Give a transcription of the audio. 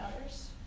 others